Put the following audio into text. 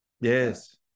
Yes